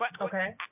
Okay